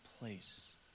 place